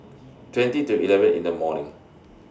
twenty to eleven in The morning